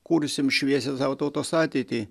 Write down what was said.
kursim šviesią savo tautos ateitį